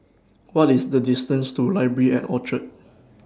What IS The distance to Library At Orchard